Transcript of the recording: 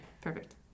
Perfect